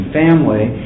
family